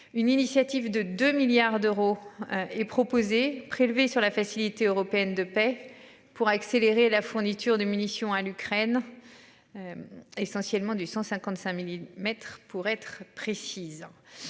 Une initiative de 2 milliards d'euros et proposé prélevés sur la Facilité européenne de paix pour accélérer la fourniture de munitions à l'Ukraine. Essentiellement du 155 millimètres pour être précise.